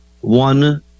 one